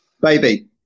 Baby